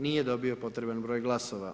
Nije dobio potreban broj glasova.